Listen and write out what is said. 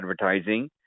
advertising